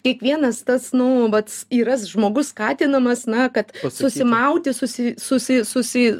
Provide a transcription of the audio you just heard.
kiekvienas tas nu vat yras žmogus skatinamas na kad susimauti susi susi susi